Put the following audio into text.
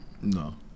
No